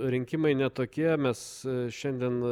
rinkimai ne tokie mes šiandien